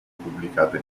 pubblicata